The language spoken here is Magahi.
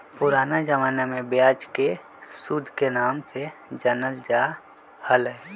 पुराना जमाना में ब्याज के सूद के नाम से जानल जा हलय